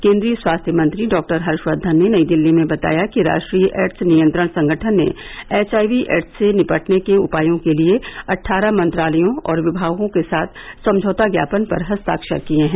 केन्द्रीय स्वास्थ्य मंत्री डाक्टर हर्षकर्घन ने नई दिल्ली में बताया कि राष्ट्रीय एड्स नियंत्रण संगठन ने एचआईवी एड्स से निपटने के उपायों के लिए अट्ठारह मंत्रालयों और विमागों के साथ समझौता ज्ञापन पर हस्ताश्वर किए है